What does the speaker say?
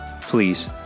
please